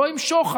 לא עם שוחד,